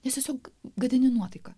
nes tiesiog gadini nuotaiką